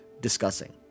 discussing